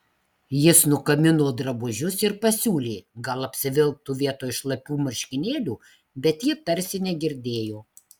jis nukabino drabužius ir pasiūlė gal apsivilktų vietoj šlapių marškinėlių bet ji tarsi negirdėjo